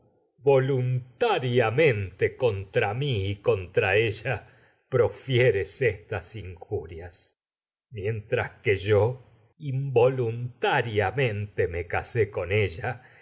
mente contra mi y contra ella profieres me esas injurias con mientras que yo involuntariamente casé ella